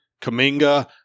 Kaminga